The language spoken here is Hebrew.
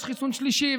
יש חיסון שלישי,